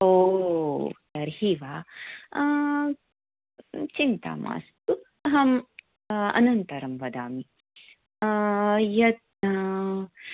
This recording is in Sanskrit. ओ तर्हि वा चिन्ता मास्तु अहम् अनन्तरं वदामि यत्